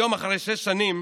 היום, אחרי שש שנים,